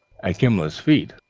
at gimblet's feet,